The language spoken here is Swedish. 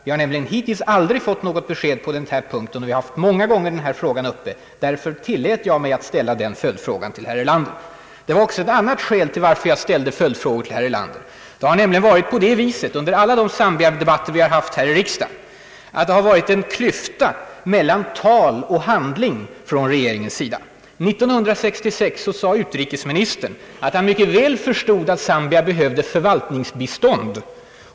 Vi har hittills aldrig fått något besked på den punkten, och vi har många gånger haft denna fråga uppe till diskussion. Därför tillät jag mig ställa den följdfrågan till herr Erlander. Det fanns också ett annat skäl till att jag ställde följdfrågor till herr Erlander. Under alla de Zambia-debatter vi har haft här i riksdagen har det varit en klyfta mellan tal och handling från regeringens sida: 1966 sade utrikesministern att han mycket väl förstod att Zambia behövde ett förvaltningsbistånd.